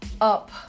up